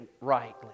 rightly